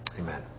Amen